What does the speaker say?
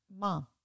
mom